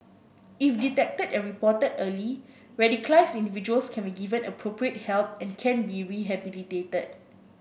if detected and reported early radicalised individuals can be given appropriate help and can be rehabilitated